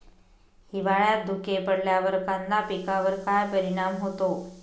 हिवाळ्यात धुके पडल्यावर कांदा पिकावर काय परिणाम होतो?